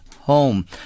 home